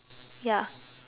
ya